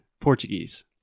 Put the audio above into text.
Portuguese